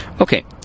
Okay